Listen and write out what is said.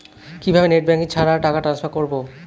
কিভাবে net banking ছাড়া টাকা ট্রান্সফার করবো?